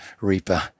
Reaper